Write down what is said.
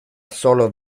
solos